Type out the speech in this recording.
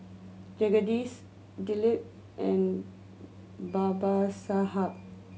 Jagadish Dilip and Babasaheb